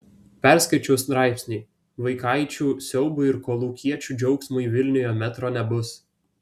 perskaičiau straipsnį vaikaičių siaubui ir kolūkiečių džiaugsmui vilniuje metro nebus